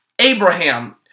Abraham